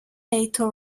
nathan